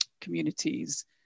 communities